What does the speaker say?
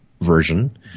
version